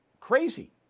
crazy